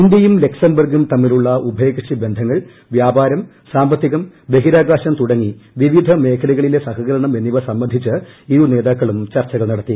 ഇന്ത്യയും ലക്സംബർഗും തമ്മിലുള്ള ഉഭയകക്ഷി ബന്ധങ്ങൾ വൃാപാരം സാമ്പത്തികം ബഹിരാകാശം തുടങ്ങി വിവിധ മേഖലകളിലെ സഹകരണം എന്നിവ സംബന്ധിച്ച് ഇരുനേതാക്കളും ചർച്ചകൾ നടത്തി